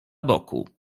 boku